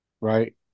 right